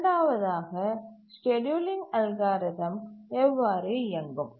இரண்டாவதாக scheduling algorithm எவ்வாறு இயங்கும்